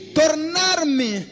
tornar-me